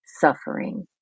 suffering